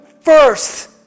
first